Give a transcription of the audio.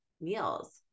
meals